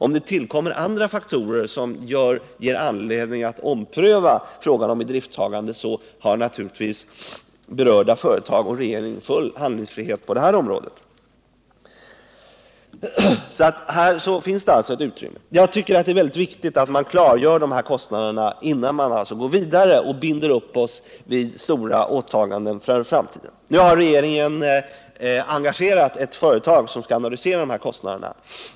Om det tillkommer andra faktorer som ger anledning att ompröva frågan om idrifttagande har naturligtvis de berörda företagen och regeringen full handlingsfrihet på det här området. Här finns det alltså ett utrymme. Jag tycker att det är mycket viktigt att man klargör de här kostnaderna, innan man går vidare och binder sig för stora åtaganden i framtiden. Nu har regeringen engagerat ett företag som skall analysera dessa kostnader.